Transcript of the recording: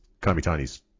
Kamitani's